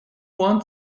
want